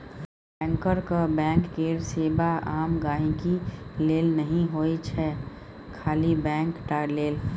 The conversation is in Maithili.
बैंकरक बैंक केर सेबा आम गांहिकी लेल नहि होइ छै खाली बैंक टा लेल